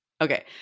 Okay